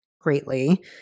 greatly